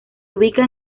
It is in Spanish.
ubicaba